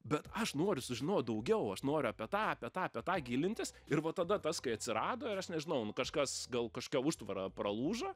bet aš noriu sužinot daugiau aš noriu apie tą apie tą apie tą gilintis ir va tada tas kai atsirado ir aš nežinau nu kažkas gal kažkia užtvara pralūžo